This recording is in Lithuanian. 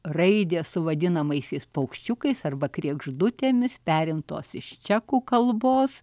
raidės su vadinamaisiais paukščiukais arba kregždutėmis perimtos iš čekų kalbos